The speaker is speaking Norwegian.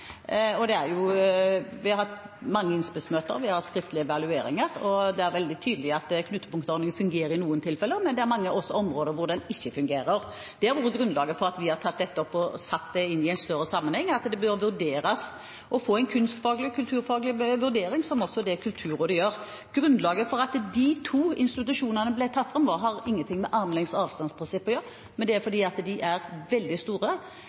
Vi har hatt mange innspillsmøter. Vi har hatt skriftlige evalueringer, og det er veldig tydelig at knutepunktordningen fungerer i noen tilfeller, men det er også mange områder hvor den ikke fungerer. Det er grunnlaget for at vi har tatt dette opp og satt det inn i en større sammenheng, og at det burde vurderes å få en kunstfaglig/kulturfaglig vurdering, som er det Kulturrådet gjør. Grunnlaget for at de to institusjonene ble tatt fram, har ingen ting med armlengdes avstand-prinsippet å gjøre, men det er fordi de er veldig store.